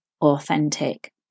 authentic